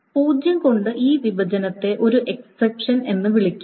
0 കൊണ്ട് ഈ വിഭജനത്തെ ഒരു എക്സപ്ഷൻ എന്ന് വിളിക്കാം